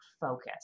focus